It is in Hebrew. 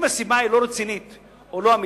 אם הסיבה היא לא רצינית או לא אמיתית,